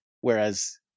whereas